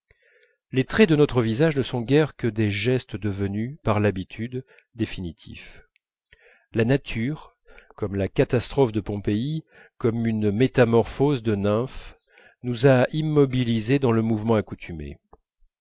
les traits de notre visage ne sont guère que des gestes devenus par l'habitude définitifs la nature comme la catastrophe de pompéi comme une métamorphose de nymphe nous a immobilisés dans le mouvement accoutumé